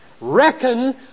Reckon